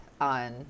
on